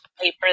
paper